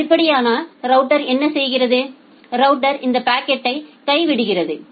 அப்படியானால் ரவுட்டர் என்ன செய்கிறது ரவுட்டர் இந்த பாக்கெட்யை கைவிடுகிறது